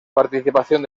participación